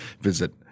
visit